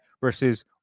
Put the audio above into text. versus